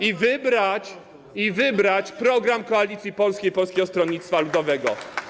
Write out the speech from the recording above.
i wybrać program Koalicji Polskiej i Polskiego Stronnictwa Ludowego: